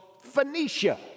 Phoenicia